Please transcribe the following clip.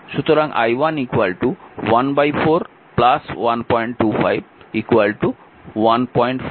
সুতরাং i1 1 4 125 15 ampere